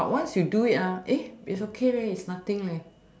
but once you do it it's okay it's nothing